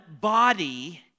body